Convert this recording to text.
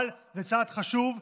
אבל זה צעד חשוב.